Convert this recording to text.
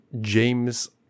james